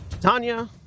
Tanya